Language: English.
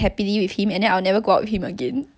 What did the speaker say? but it's damn obvious like 我脸超丑